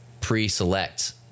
pre-select